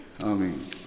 Amen